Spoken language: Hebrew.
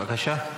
בבקשה.